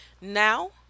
Now